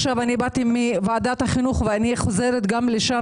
באתי עכשיו מוועדת החינוך, ואני גם חוזרת לשם.